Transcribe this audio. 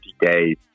days